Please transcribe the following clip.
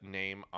name